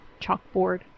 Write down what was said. chalkboard